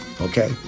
Okay